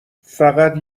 فقط